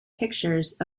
pictures